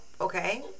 Okay